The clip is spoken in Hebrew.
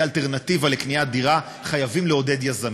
אלטרנטיבה לקניית דירה חייבים לעודד יזמים.